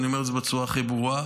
ואני אומר את זה בצורה הכי ברורה: